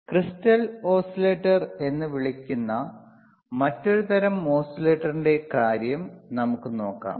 crystal oscillator എന്ന് വിളിക്കുന്ന മറ്റൊരു തരം ഓസിലേറ്ററിന്റെ കാര്യം നമുക്ക് നോക്കാം